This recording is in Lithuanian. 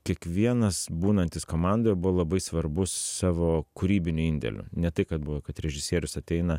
kiekvienas būnantis komandoje buvo labai svarbus savo kūrybiniu indėliu ne tai kad buvo kad režisierius ateina